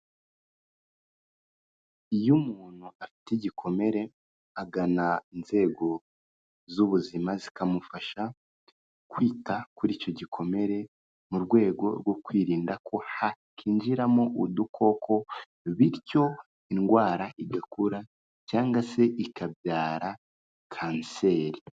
Iyo umuntu afite igikomere agana inzego z'ubuzima zikamufasha kwita kuri icyo gikomere, mu rwego rwo kwirinda ko hakinjiramo udukoko, bityo indwara idakura cyangwa se ikabyara kanseri.